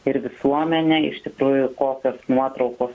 ir visuomenę iš tikrųjų tokios nuotraukos